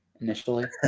initially